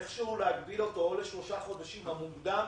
איכשהו להגביל אותו לשלושה חודשים או מוקדם